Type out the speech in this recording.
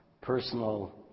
personal